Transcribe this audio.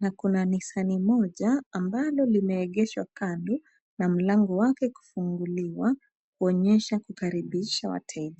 na kuna Nissan moja, ambalo limeegeshwa kando na mlango wake kufunguliwa, kuonyesha kukaribisha wateja.